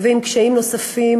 ועם קשיים נוספים,